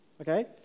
okay